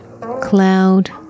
cloud